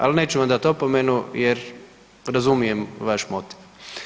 Ali neću vam dati opomenu jer razumijem vaš motiv.